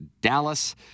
Dallas